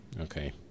Okay